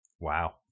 Wow